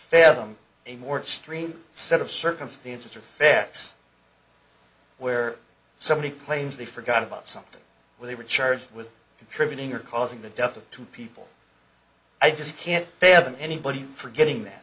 fathom a more stream set of circumstances or facts where somebody claims they forgot about something when they were charged with contributing or causing the death of two people i just can't fathom anybody forgetting that